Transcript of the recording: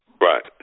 Right